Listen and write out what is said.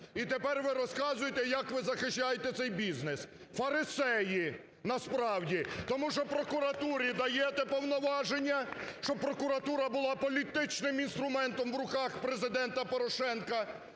І тепер ви розказуєте, як ви захищаєте цей бізнес. Фарисеї насправді, тому що прокуратурі даєте повноваження, щоб прокуратура була політичним інструментом в руках Президента Порошенка,